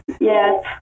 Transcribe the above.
Yes